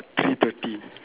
three thirty